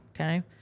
Okay